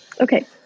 Okay